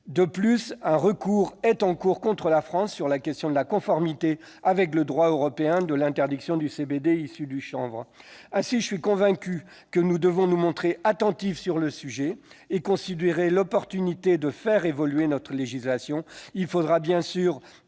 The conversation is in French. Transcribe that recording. De plus, un recours est exercé contre la France sur la question de la conformité de l'interdiction du CBD issu du chanvre avec le droit européen. Je suis convaincu que nous devons nous montrer attentifs sur le sujet et considérer l'opportunité de faire évoluer notre législation. Il faudra bien sûr